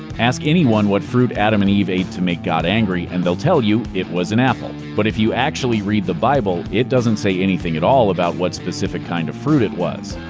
ask anyone what fruit adam and eve ate to make god angry, and they'll tell you it was an apple. but if you actually read the bible, it doesn't say anything at all about what specific kind of fruit it was.